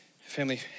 Family